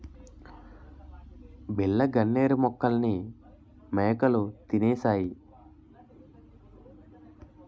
బిళ్ళ గన్నేరు మొక్కల్ని మేకలు తినేశాయి